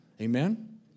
Amen